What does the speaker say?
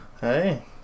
Hey